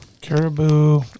Caribou